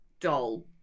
doll